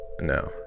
No